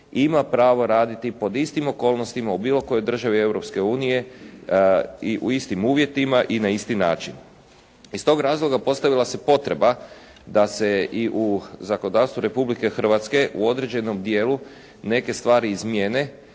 ima pravo raditi pod istim okolnostima u bilo kojoj državi Europske unije u istim uvjetima i na isti način. Iz tog razloga postavila se potreba da se i u zakonodavstvu Republike Hrvatske u određenom dijelu neke stvari izmijeni,